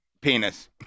Penis